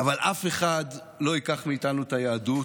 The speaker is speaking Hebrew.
אבל אף אחד לא ייקח מאיתנו את היהדות.